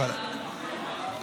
היי.